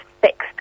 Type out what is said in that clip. fixed